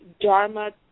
Dharma